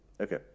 Okay